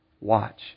watch